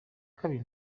kabiri